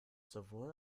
sowohl